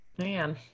Man